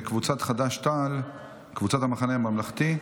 קבוצת סיעת חד"ש-תע"ל וקבוצת סיעת המחנה הממלכתי,